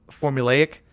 formulaic